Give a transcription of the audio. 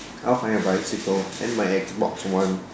I'll find a bicycle and my Xbox one